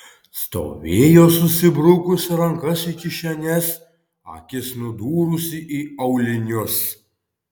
stovėjo susibrukusi rankas į kišenes akis nudūrusi į aulinius